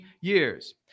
years